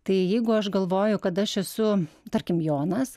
tai jeigu aš galvoju kad aš esu tarkim jonas